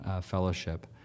fellowship